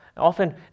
Often